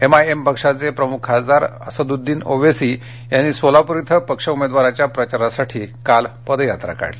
MIM पक्षाचे प्रमुख खासदार असदउद्दिन ओवेसी यांनी सोलापूर क्वें पक्ष उमेदवाराच्या प्रचारासाठी काल पदयात्रा काढली